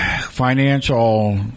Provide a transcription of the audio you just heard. financial